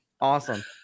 Awesome